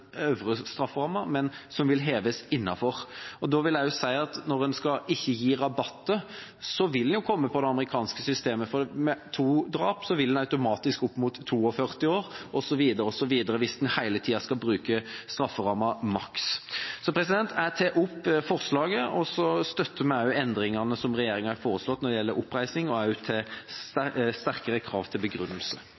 øvre strafferammen, men som vil heves innenfor? Da vil jeg også si at når en ikke skal gi rabatter, vil en komme inn på det amerikanske systemet, for med to drap vil en automatisk gå opp mot 42 år, osv. – hvis en hele tida skal bruke strafferammen maksimalt. Jeg tar opp Kristelig Folkepartis forslag. Vi støtter også endringene regjeringa har foreslått når det gjelder oppreisning og sterkere krav til